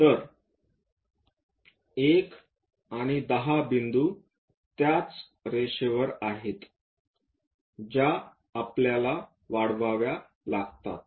तर 1 आणि 10 बिंदू त्याच रेषेवर आहेत ज्या आपल्याला वाढवाव्या लागतात